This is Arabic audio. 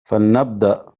فلنبدأ